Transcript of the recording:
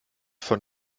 von